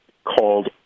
called